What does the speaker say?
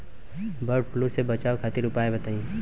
वड फ्लू से बचाव खातिर उपाय बताई?